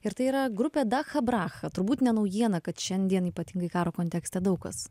ir tai yra grupė dacha bracha turbūt ne naujiena kad šiandien ypatingai karo kontekste daug kas